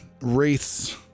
wraiths